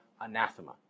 anathema